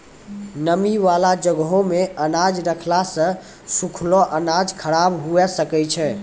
नमी बाला जगहो मे अनाज रखला से सुखलो अनाज खराब हुए सकै छै